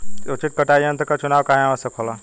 उचित कटाई यंत्र क चुनाव काहें आवश्यक होला?